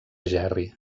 gerri